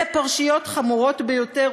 אלה פרשיות חמורות ביותר,